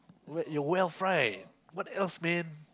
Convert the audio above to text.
what your wealth right what else man